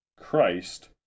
Christ